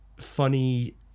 funny